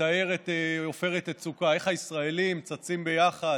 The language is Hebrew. שמתאר את עופרת יצוקה, איך הישראלים צצים ביחד,